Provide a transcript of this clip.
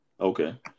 Okay